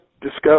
discuss